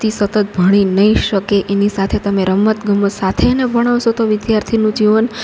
સતત ભણી નહીં શકે એની સાથે તમે રમત ગમત સાથે એને ભણાવશો તો વિદ્યાર્થીનું જીવન